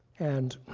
and